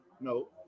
No